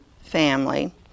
family